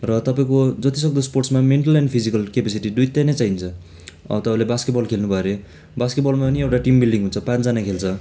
र तपाईँको जति सक्दो स्पोर्ट्समा मेन्टल एन्ड फिजिकल क्यापासिटी दुइटै नै चाहिन्छ अब तपाईँले बास्केटबल खेल्नु भयो हरे बास्केटबलमा नि एउटा टिम बिल्डिङ हुन्छ पाँचजना खेल्छ